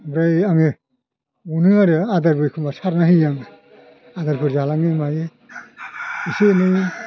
ओमफ्राय आङो अनो आरो आदार एखम्बा सारना होयो आङो आदारखौ जालाङो मायो एसे एनै